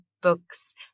books